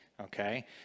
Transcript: Okay